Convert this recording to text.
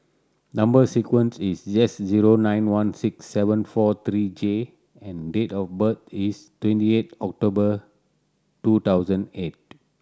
number sequence is S zero nine one six seven four three J and date of birth is twenty eight October two thousand eight